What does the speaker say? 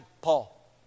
Paul